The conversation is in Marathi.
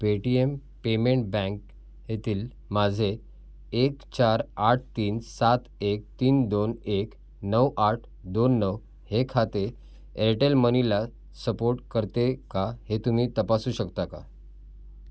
पेटीएम पेमेंट बँक येथील माझे एक चार आठ तीन सात एक तीन दोन एक नऊ आठ दोन नऊ हे खाते एअरटेल मनीला सपोर्ट करते का हे तुम्ही तपासू शकता का